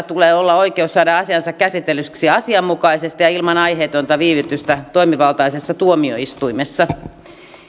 tulee olla oikeus saada asiansa käsitellyksi asianmukaisesti ja ilman aiheetonta viivytystä toimivaltaisessa tuomioistuimessa